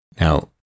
Now